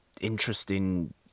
interesting